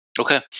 Okay